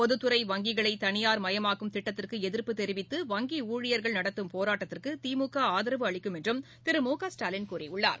பொதுத்துறை வங்கிகளை தனியார்மயமாக்கும் திட்டத்திற்கு எதிர்ப்பு தெரிவித்து வங்கி ஊழியர்கள் நடத்தும் போராட்டத்திற்கு திமுக ஆதரவு அளிக்கும் என்றும் திரு மு க ஸ்டாலின் கூறியுள்ளார்